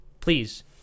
please